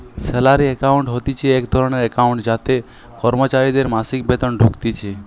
salary account হতিছে এক ধরণের একাউন্ট যাতে কর্মচারীদের মাসিক বেতন ঢুকতিছে